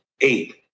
eight